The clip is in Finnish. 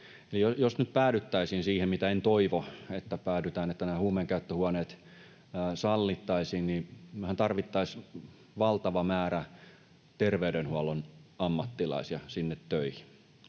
jos nyt päädyttäisiin siihen, mitä en toivo, että nämä huumeenkäyttöhuoneet sallittaisiin, niin mehän tarvittaisiin valtava määrä terveydenhuollon ammattilaisia sinne töihin.